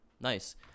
Nice